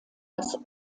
das